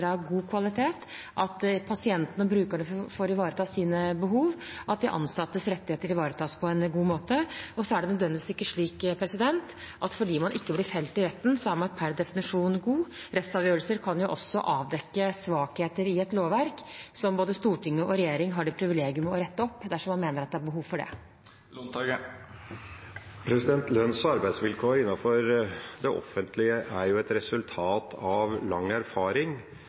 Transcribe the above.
ansattes rettigheter ivaretas på en god måte. Og så er det nødvendigvis ikke slik at fordi man ikke blir felt i retten, er man per definisjon god. Rettsavgjørelser kan jo også avdekke svakheter i et lovverk, som både storting og regjering har det privilegium å rette opp dersom man mener at det er behov for det. Lønns- og arbeidsvilkår innenfor det offentlige er et resultat av lang erfaring